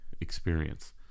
experience